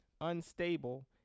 unstable